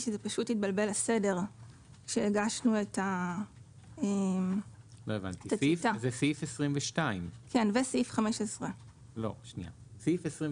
תיקון תקנה 1 1. בתקנה